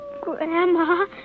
Grandma